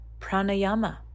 pranayama